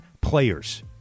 players